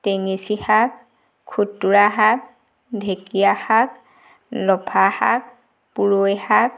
টেঙেচি শাক খোতোৰা শাক ঢেঁকীয়া শাক লফা শাক পূৰৈ শাক